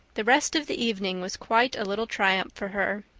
the rest of the evening was quite a little triumph for her.